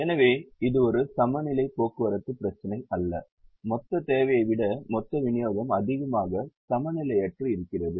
எனவே இது ஒரு சமநிலை போக்குவரத்து பிரச்சினை அல்ல மொத்த தேவையை விட மொத்த விநியோகம் அதிகமாக சமநிலையற்று இருக்கிறது